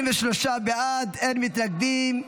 23 בעד, אין מתנגדים.